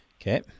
Okay